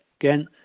Again